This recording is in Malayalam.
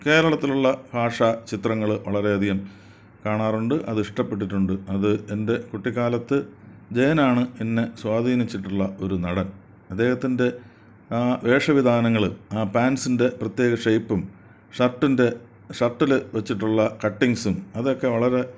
കേരളത്തിലുള്ള ഭാഷാ ചിത്രങ്ങള് വളരെയധികം കാണാറുണ്ട് അത് ഇഷ്ടപ്പെട്ടിട്ടുണ്ട് അത് എന്റെ കുട്ടിക്കാലത്ത് ജയനാണ് എന്നെ സ്വാധീനിച്ചിട്ടുള്ള ഒരു നടൻ അദ്ദേഹത്തിന്റെ ആ വേഷവിധാനങ്ങള് ആ പാന്സിന്റെ പ്രത്യേക ഷേപ്പും ഷര്ട്ടിന്റെ ഷര്ട്ടില് വച്ചിട്ടുള്ള കട്ടിങ്ങ്സ്സും അതൊക്കെ വളരെ